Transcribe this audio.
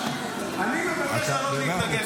אני מבקש לעלות להתנגד.